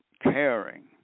caring